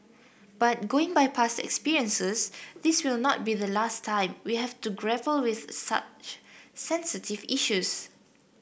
but going by past experiences this will not be the last time we have to grapple with such sensitive issues